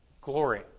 glory